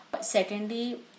Secondly